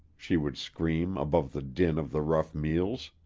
she would scream above the din of the rough meals,